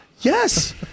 Yes